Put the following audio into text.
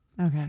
Okay